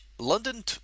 London